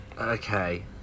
Okay